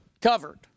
covered